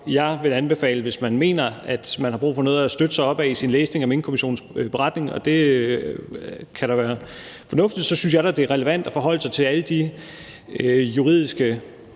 Jeg vil anbefale, hvis man mener, at man har brug for noget at støtte sig til i sin læsning af Minkkommissionens beretning – og det kan da være fornuftigt – at man forholder sig til alle de juridiske